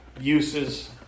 uses